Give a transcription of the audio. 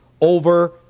over